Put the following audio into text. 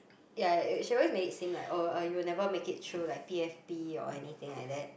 ya she always make it seem like oh you will never make it through like P S P or anything like that